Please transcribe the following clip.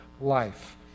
life